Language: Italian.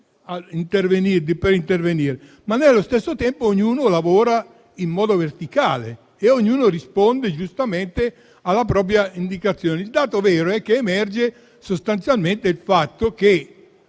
per intervenire, ma, nello stesso tempo, ognuno lavora in modo verticale e risponde giustamente alla propria indicazione. Il dato vero che emerge è sostanzialmente il fatto che